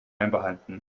einbehalten